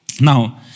Now